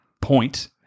point